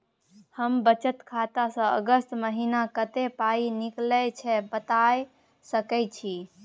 हमर बचत खाता स अगस्त महीना कत्ते पाई निकलल छै बता सके छि?